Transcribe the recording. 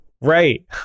Right